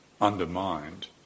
undermined